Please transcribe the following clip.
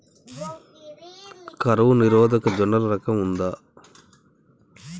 కరువు నిరోధక జొన్నల రకం ఉందా?